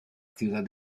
ciudad